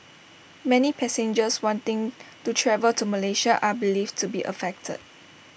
many passengers wanting to travel to Malaysia are believed to be affected